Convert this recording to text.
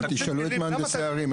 אבל תשאלו את מהנדסי הערים,